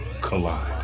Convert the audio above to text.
collide